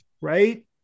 right